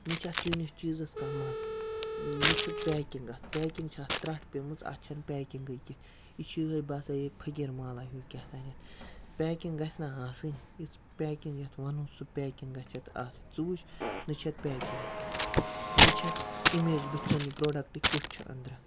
نہَ چھُ یتھ چٲنِس چیٖزَس کانٛہہ مَزٕ نہَ چھِ پیکِنٛگ اَتھ پیکِنٛگ چھِ اَتھ ترٛٹھ پیٚمٕژ اَتھ چھَ نہٕ پیکِنٛگٕے یہِ چھُ یِہَے باسان یِہَے فقیٖر مالاہ ہیٛوٗ کیٛاہتام پیکِنٛگ گَژھِ نا آسٕنۍ یُس پیکِنٛگ یتھ وَنو سُہ پیکِنٛگ گَژھِ یتھ آسٕنۍ ژٕ وُچھ نہَ چھِ یتھ پیکِنٛگ نہَ چھِ یتھ اِمیج بُتھِ کنہِ پرٛوڈَکٹٕچ کیُتھ چھُ أنٛدرٕ